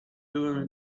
byłem